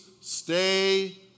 stay